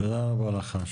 תודה רבה לך.